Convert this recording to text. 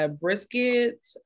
brisket